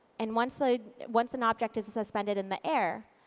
and once ah once an object is suspended in the air,